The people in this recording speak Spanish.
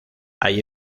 hay